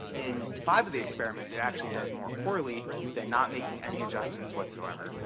in five of the experiments, it actually does more poorly than not making any adjustments whatsoever.